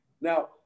now